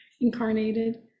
incarnated